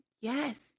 Yes